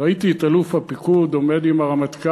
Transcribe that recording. ראיתי את אלוף הפיקוד עומד עם הרמטכ"ל,